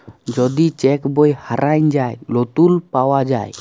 যদি চ্যাক বই হারাঁয় যায়, লতুল পাউয়া যায়